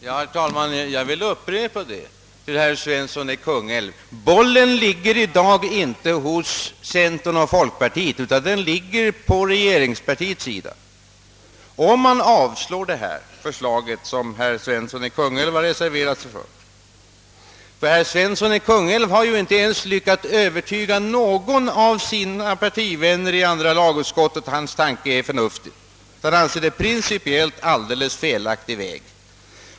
Herr talman! Jag vill upprepa för herr Svensson i Kungälv att bollen i dag inte ligger hos centern och folkpartiet utan att den ligger på regeringspartiets sida. Herr Svensson i Kungälv har inte ens lyckats övertyga någon av sina partivänner i andra lagutskottet om att hans tanke, som han har reserverat sig för, är förnuftig.